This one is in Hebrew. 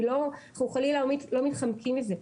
אנחנו חלילה לא מתחמקים מזה.